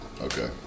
okay